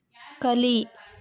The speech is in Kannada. ಕಲಿ